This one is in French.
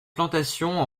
plantations